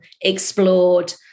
explored